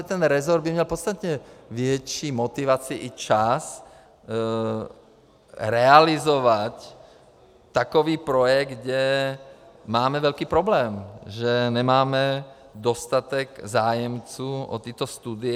Ten resort by měl podstatně větší motivaci i čas realizovat takový projekt, kde máme velký problém, že nemáme dostatek zájemců o tato studia.